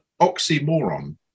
oxymoron